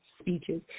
speeches